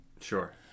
Sure